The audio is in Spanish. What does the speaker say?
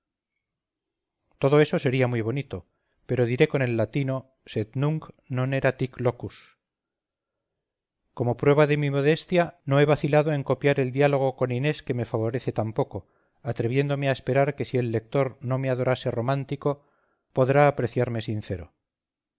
todo esto sería muy bonito pero diré con el latino sed nunc non erat hic locus como prueba de mi modestia no he vacilado en copiar el diálogo con inés que me favorece tan poco atreviéndome a esperar que si el lector no me adorase romántico podrá apreciarme sincero